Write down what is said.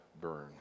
burn